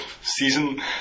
season